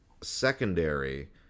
secondary